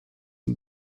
und